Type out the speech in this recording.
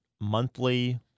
monthly